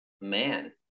man